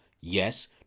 yes